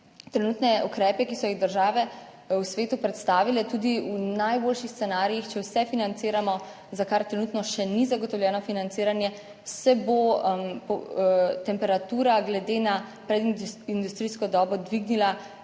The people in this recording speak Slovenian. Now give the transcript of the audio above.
trenutne ukrepe, ki so jih države v svetu predstavile, tudi v najboljših scenarijih, če vse financiramo, za kar trenutno še ni zagotovljeno financiranje, se bo temperatura glede na predindustrijsko dobo dvignila za